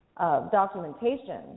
Documentation